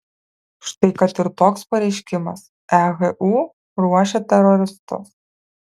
štai kad ir toks pareiškimas ehu ruošia teroristus